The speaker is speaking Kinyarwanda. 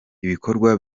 ibikorwa